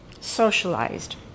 socialized